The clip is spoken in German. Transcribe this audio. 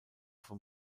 vom